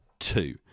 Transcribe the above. two